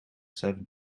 seven